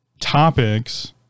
topics